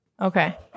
Okay